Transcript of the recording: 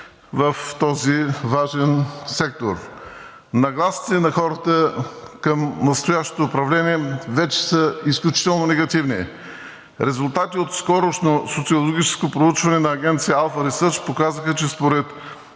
в този важен сектор. Нагласите на хората към настоящото управление вече са изключително негативни. Резултатите от скорошно социологическо проучване на агенция „Алфа Рисърч“ показаха, че според